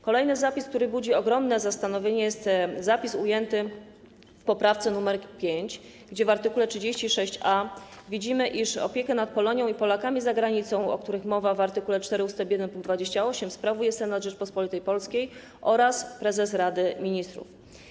Kolejny zapis, który budzi ogromne zastanowienie, to zapis ujęty w poprawce nr 5, gdzie w art. 36a czytamy: Opiekę nad Polonią i Polakami za granicą (...), o których mowa w art. 4 ust. 1 pkt 28, sprawują Senat Rzeczypospolitej Polskiej oraz prezes Rady Ministrów.